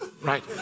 right